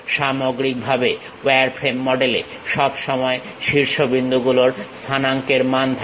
সামগ্রিকভাবে ওয়ারফ্রেম মডেলে সব সময় শীর্ষ বিন্দু গুলোর স্থানাঙ্কের মান থাকে